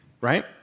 right